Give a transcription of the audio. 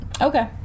Okay